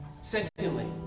Secondly